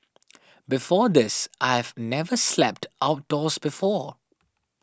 before this I've never slept outdoors before